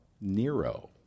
Nero